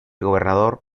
gobernador